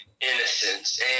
innocence